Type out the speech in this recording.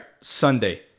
Sunday